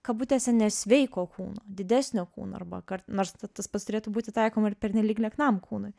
kabutėse nesveiko kūno didesnio kūno arba kart nors tas pats turėtų būti taikoma ir pernelyg lieknam kūnui